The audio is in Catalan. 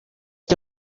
que